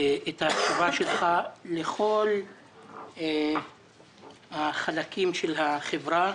את ההקשבה שלך לכל החלקים של החברה,